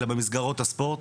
אלא במסגרות הספורט.